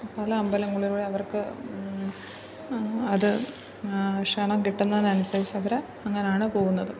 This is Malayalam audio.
പല അമ്പലങ്ങളിലൂടെ അവർക്ക് അത് ക്ഷണം കിട്ടുന്നതിനനുസരിച്ച് അവർ അങ്ങനെയാണ് പോകുന്നത്